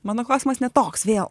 mano klausimas ne toks vėl